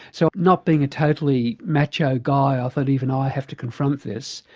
so not being a totally macho guy i thought even i have to confront this.